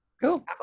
Cool